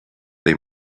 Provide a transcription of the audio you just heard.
they